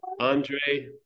Andre